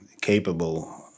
capable